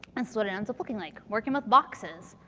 and so what it ends up looking like. working with boxes.